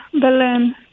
Belen